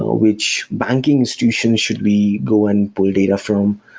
ah which banking institutions should we go and pull data from.